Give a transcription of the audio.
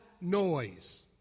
noise